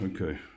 okay